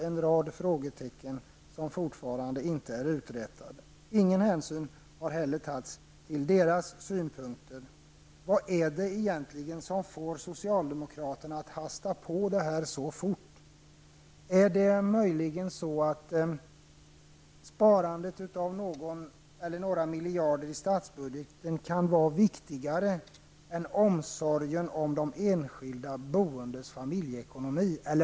En rad frågetecken är fortfarande inte uträtade. Man har inte heller tagit hänsyn till deras synpunkter. Vad är det som får socialdemokraterna att hasta igenom detta? Kan sparandet av någon miljard eller några miljarder i statsbudgeten vara viktigare än omsorgen om de enskilda boendes familjeekonomi?